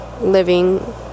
living